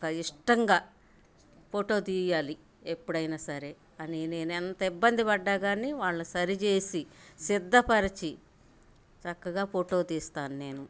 ఒక ఇష్టంగా ఫోటో తీయాలి ఎప్పుడైనా సరే అని నేను ఎంత ఇబ్బంది పడ్డా కానీ వాళ్ళని సరిచేసి సిద్ధపరిచి చక్కగా ఫోటో తీస్తాను నేను